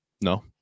no